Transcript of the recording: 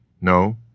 No